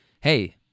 hey